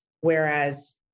Whereas